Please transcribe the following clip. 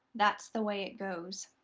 that's the way it goes.